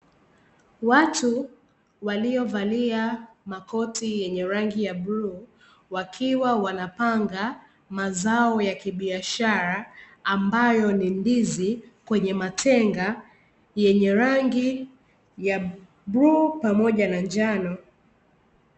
Watu waliovalia makoti yenye rangi ya bluu, wakiwa wanapanga mazao ya kibiashara ambayo ni ndizi, kwenye matenga yenye rangi ya bluu pamoja na njano.